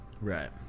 Right